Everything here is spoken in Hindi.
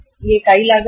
यह इकाई लागत है